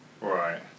Right